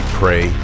pray